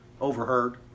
overheard